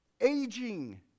Aging